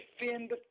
defend